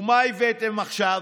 ומה הבאתם עכשיו?